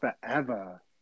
forever